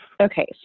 Okay